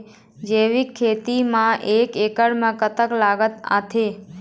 जैविक खेती म एक एकड़ म कतक लागत आथे?